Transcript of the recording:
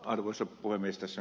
arvoisa puhemies